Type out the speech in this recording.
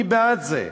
אני בעד זה,